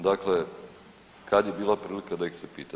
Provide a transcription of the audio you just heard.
Dakle, kad je bila prilika da ih se pita.